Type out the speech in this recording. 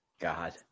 God